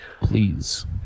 Please